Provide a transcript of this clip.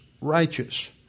righteous